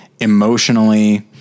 emotionally